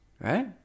right